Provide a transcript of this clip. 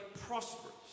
prosperous